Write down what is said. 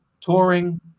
touring